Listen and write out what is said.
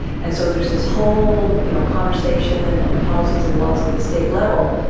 and so there's this whole you know, conversation and policies and laws at the state level,